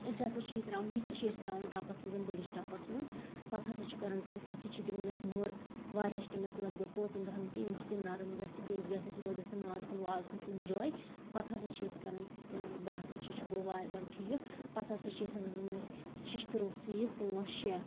أسۍ ہَسا چھِ یہِ ترٛاوان یہِ تہِ چھِ أسۍ ترٛاوان ٹَپَس مَنز بٔڑِس ٹَپَس مَنٛز پَتہٕ ہَسا چھِ کران کٲم تتھ تہِ چھِ دِوان أسۍ مٕر واریاہَس ٹایمَس لگ بھگ پانٛژَن دَہَن مِنٹَن ییٚمہِ سۭتۍ یہِ نرٕم گَژھہِ بیٚیہِ گَژھیٚس روزیٚس نہٕ ماز پھوٚل واز پھوٚل کُنہ جایہِ پَتہٕ ہَسا چھِ أسۍ کران یتُھٕے کٲم باسان چھُ یہِ چھُ گوٚو وۄنۍ ٹھیٖک پَتہٕ ہَسا چھِ آسان انان أسۍ شِشتٕرو سیٖکھ پانٛژھ شےٚ